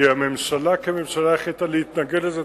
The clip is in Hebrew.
כי הממשלה כממשלה החליטה להתנגד לזה,